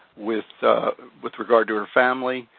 with with regard to her family.